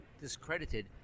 discredited